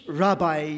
rabbi